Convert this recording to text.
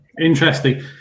interesting